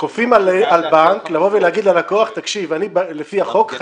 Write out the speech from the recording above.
כופים על בנק לבוא ולהגיד ללקוח לפי החוק אני